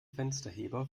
fensterheber